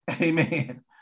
amen